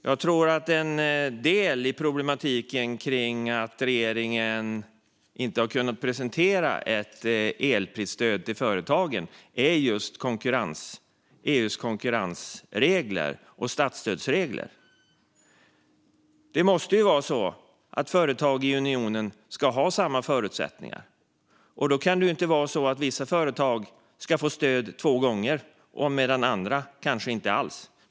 Jag tror att en del i problematiken med att regeringen inte har kunnat presentera ett elprisstöd till företagen är EU:s konkurrensregler och statsstödsregler. Det måste vara så att företag i unionen ska ha samma förutsättningar, och då kan inte vissa företag få stöd två gånger medan andra kanske inte får något alls.